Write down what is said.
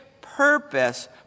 purpose